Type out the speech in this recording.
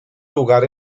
lugar